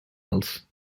else